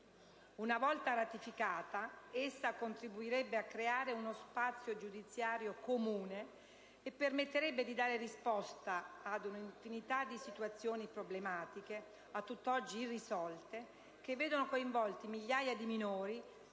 Una volta ratificata, essa contribuirebbe a creare uno spazio giudiziario comune e permetterebbe di dare risposta ad un'infinità di situazioni problematiche, a tutt'oggi irrisolte, che vedono coinvolti migliaia di minori